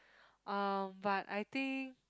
um but I think